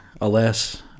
alas